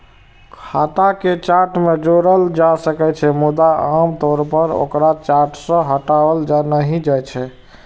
खाता कें चार्ट मे जोड़ल जा सकै छै, मुदा आम तौर पर ओकरा चार्ट सं हटाओल नहि जाइ छै